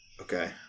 Okay